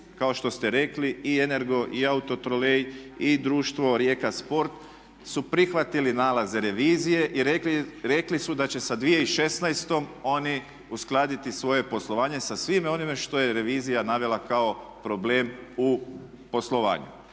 kao što ste rekli i Energo i Autotrolej i društvo Rijeka sport su prihvatili nalaze revizije i rekli su da će sa 2016. oni uskladiti svoje poslovanje sa svime onime što je revizija navela kao problem u poslovanju.